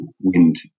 wind